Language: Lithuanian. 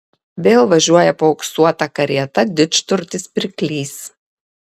vėl važiuoja paauksuota karieta didžturtis pirklys